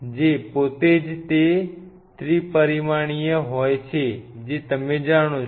જે પોતે જ તે ત્રિપરિમાણીય હોય છે જેને તમે જાણો છો